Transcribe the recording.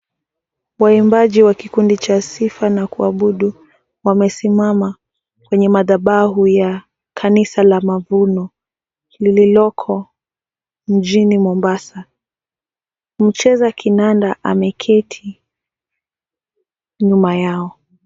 Waimbaji wa kikundi cha sifa na kuabudu wamesimama kwenye madhabau ya kanisa ya Mavuno lililoko mjini Mombasa. Mcheza kinanda ameketi nyuma yao.